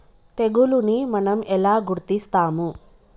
తెగులుని మనం ఎలా గుర్తిస్తాము?